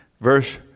Verse